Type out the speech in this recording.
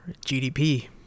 gdp